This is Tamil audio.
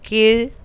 கீழ்